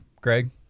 Greg